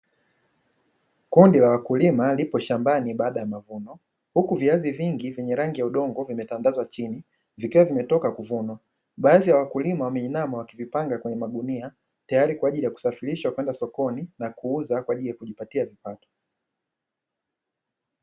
Kundi la wakulima lipo shambani, baada ya mavuno huku viazi vingi vyenye rangi ya udongo vimetandazwa chinivikiwa vimetoka kuvunwa, baadhi ya wakulima wameinama wakivipanga kwenye magunia tayali kwa ajili ya kusafirisha kwenda sokoni na kuuza kwa ajili yakujipatia kipato.